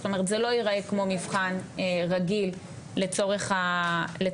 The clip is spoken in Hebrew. זאת אומרת זה לא ייראה כמו מבחן רגיל לצורך העניין,